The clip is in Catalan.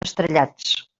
estrellats